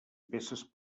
peces